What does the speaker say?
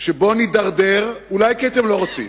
שבה נידרדר, אולי כי אתם לא רוצים,